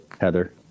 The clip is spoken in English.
Heather